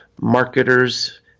marketers